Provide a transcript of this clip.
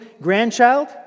grandchild